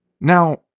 Now